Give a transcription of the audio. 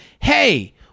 hey